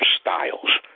styles